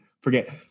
forget